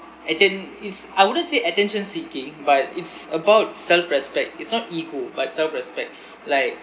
atten~ it's I wouldn't say attention seeking but it's about self respect it's not ego but self respect like